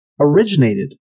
originated